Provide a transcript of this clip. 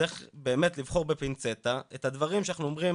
וצריך באמת לבחור בפינצטה את הדברים שאנחנו אומרים